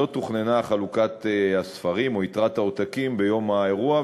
לא תוכננה חלוקת הספרים או יתרת העותקים ביום האירוע,